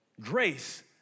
grace